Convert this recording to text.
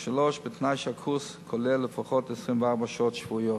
3. בתנאי שהקורס כולל לפחות 24 שעות שבועיות.